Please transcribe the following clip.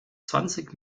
zwanzig